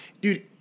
Dude